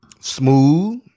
smooth